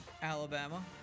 alabama